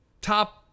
top